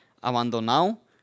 abandonado